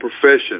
profession